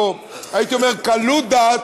או הייתי אומר קלות דעת,